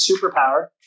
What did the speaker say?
superpower